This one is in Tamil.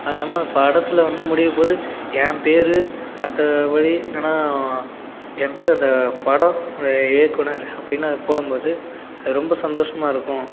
அதில்லாம படத்தில் வந்து முடியும் போது என் பேர் மற்ற வழி என்னன்னா என் பேர் அந்த படம் அந்த இயக்குனர் அப்படினு போடும் போது அது ரொம்ப சந்தோஷமாக இருக்கும்